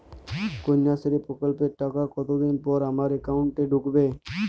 কন্যাশ্রী প্রকল্পের টাকা কতদিন পর আমার অ্যাকাউন্ট এ ঢুকবে?